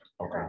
Okay